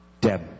Deb